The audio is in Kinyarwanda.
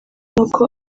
n’uko